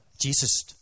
Jesus